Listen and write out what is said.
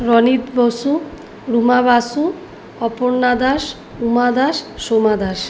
Ronit Basu Ruma Basu Aparna Das Uma Das Soma Das